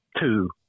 two